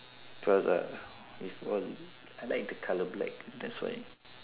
cause uh if all I like the colour black that's why